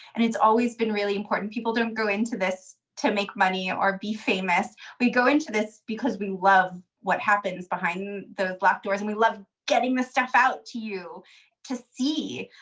and it's always been really important. people don't go into this to make money or be famous. we go into this because we love what happens behind the black doors and we love getting this stuff out to you to see,